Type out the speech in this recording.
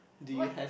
what